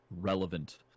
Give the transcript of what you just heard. relevant